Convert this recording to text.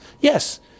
Yes